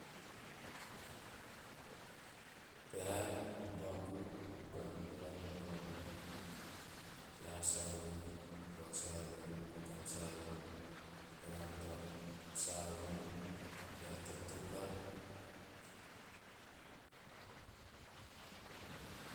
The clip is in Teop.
Peha, buaku, kukan, dorana, taonim, peha- savu, buaka- savun, kukan savu, dorana- savun, peha- totoka.